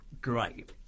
great